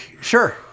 sure